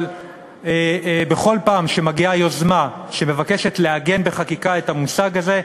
אבל בכל מקרה שמגיעה יוזמה שמבקשת לעגן בחקיקה את המושג הזה,